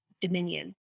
dominion